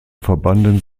verbanden